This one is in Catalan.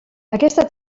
aquesta